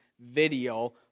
video